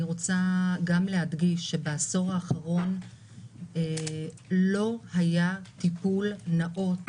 אני רוצה להדגיש שבעשור האחרון לא היה טיפול נאות,